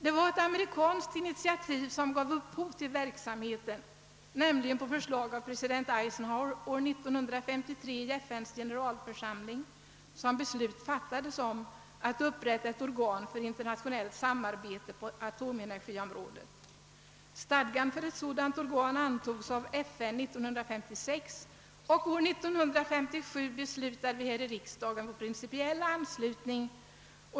Det var ett amerikanskt initiativ som gav upphov till verksamheten. Det var nämligen på förslag av president Eisenhower år 1953 i FN:s generalförsamling som beslut fattades om upprättande av internationellt samarbete på atomenergiområdet. Stadgan för ett sådant organ antogs av FN år 1956, och år 1957 beslutade vi här i riksdagen om principiell anslutning.